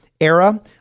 era